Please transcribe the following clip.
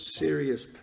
serious